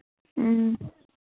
اۭں